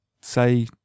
say